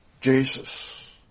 Jesus